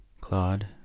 Claude